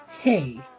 Hey